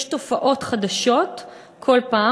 יש תופעות חדשות כל פעם.